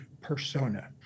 persona